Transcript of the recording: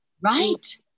Right